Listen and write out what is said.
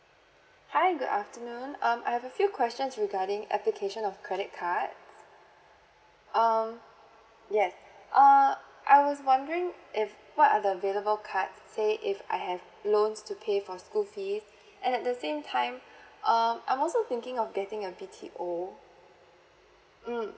hi good afternoon um I have a few questions regarding application of credit card um yes err I was wondering if what are the available cards say if I have loans to pay for school fees and at the same time um I am also thinking of getting a B_T_O mm